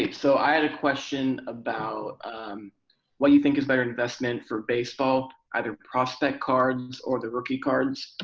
so i had a question about what do you think is better investment for baseball, either prospect cards or the rookie cards?